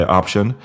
option